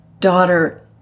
Daughter